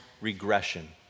regression